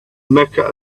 mecca